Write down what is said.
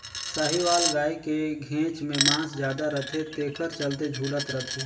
साहीवाल गाय के घेंच में मांस जादा रथे तेखर चलते झूलत रथे